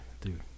dude